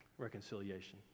reconciliation